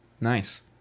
Nice